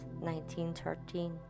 1913